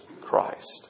Christ